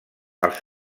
els